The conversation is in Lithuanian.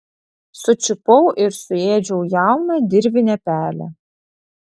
sučiupau ir suėdžiau jauną dirvinę pelę